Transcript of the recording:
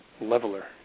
leveler